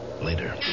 later